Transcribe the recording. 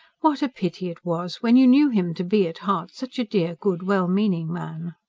what a pity it was! when you knew him to be, at heart, such a dear, good, well-meaning man.